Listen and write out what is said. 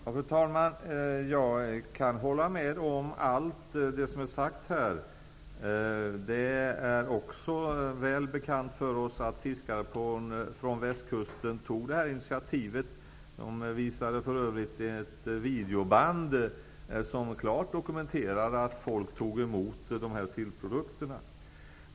Fru talman! Jag kan hålla med om allt det som är sagt här. Det är också väl bekant för oss att fiskare från västkusten tog det här initiativet. De visade för övrigt ett videoband som klart dokumenterade att folk tog emot dessa sillprodukter.